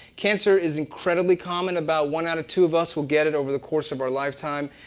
cancer is incredibly common. about one out of two of us will get it over the course of our lifetime.